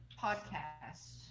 podcast